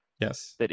Yes